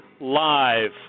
Live